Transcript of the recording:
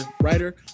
writer